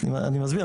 אני מסביר.